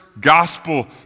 gospel